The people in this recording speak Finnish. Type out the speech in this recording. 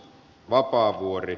vapaavuori